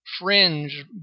Fringe